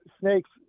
snakes